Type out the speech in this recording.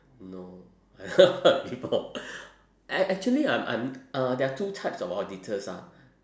no I never heard before act~ actually I'm I'm uh there are two types of auditors ah